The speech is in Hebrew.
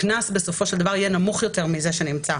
הקנס בסופו של דבר יהיה נמוך יותר מזה שנמצא